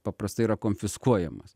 paprastai yra konfiskuojamas